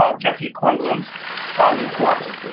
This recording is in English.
ah jessie cornbloom's ah new course.